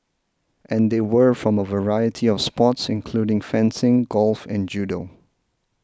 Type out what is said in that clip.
and they were from a variety of sports including fencing golf and judo